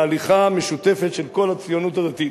להליכה משותפת של כל הציונות הדתית.